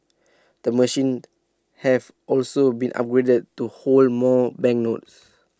the machine have also been upgraded to hold more banknotes